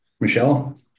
Michelle